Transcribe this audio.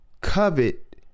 covet